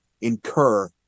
incur